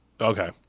Okay